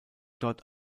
dort